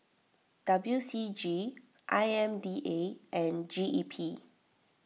W C G I M D A and G E P